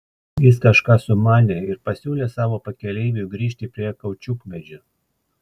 jis kažką sumanė ir pasiūlė savo pakeleiviui grįžti prie kaučiukmedžio